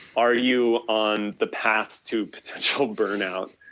are you on the path to potential burnout?